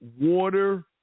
water